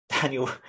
Daniel